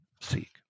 seek